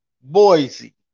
Boise